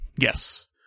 Yes